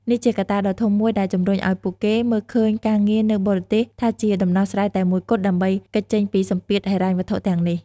នេះជាកត្តាដ៏ធំមួយដែលជំរុញឱ្យពួកគេមើលឃើញការងារនៅបរទេសថាជាដំណោះស្រាយតែមួយគត់ដើម្បីគេចចេញពីសម្ពាធហិរញ្ញវត្ថុទាំងនេះ។